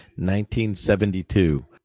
1972